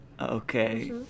Okay